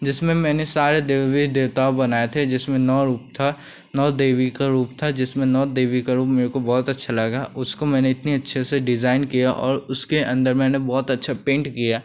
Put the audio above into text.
जिसमें मैंने सारे देवी देवताओं बनाए थे जिसमें नौ रूप था नौ देवी का रूप था जिसमें नौ देवी का रूप मेरे को बहुत अच्छा लगा उसको मैंने इतने अच्छे से डिज़ाइन किया और उसके अन्दर मैंने बहुत अच्छा पेन्ट किया